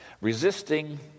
Resisting